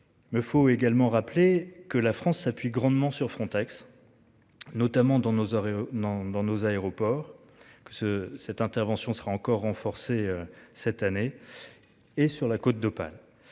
Mais faut également rappeler que la France s'appuie grandement sur Frontex. Notamment, dont nos arrêts dans dans nos aéroports que ce cette intervention sera encore renforcé cette année. Et sur la Côte d'Opale.